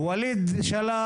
ווליד שלח,